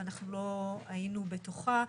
ואנחנו לא היינו בתוכה,